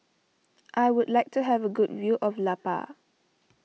I would like to have a good view of La Paz